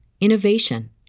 innovation